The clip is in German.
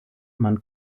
mann